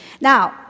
Now